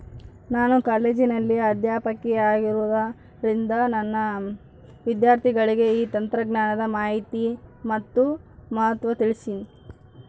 ನಾನು ಕಾಲೇಜಿನಲ್ಲಿ ಅಧ್ಯಾಪಕಿಯಾಗಿರುವುದರಿಂದ ನನ್ನ ವಿದ್ಯಾರ್ಥಿಗಳಿಗೆ ಈ ತಂತ್ರಜ್ಞಾನದ ಮಾಹಿನಿ ಮತ್ತು ಮಹತ್ವ ತಿಳ್ಸೀನಿ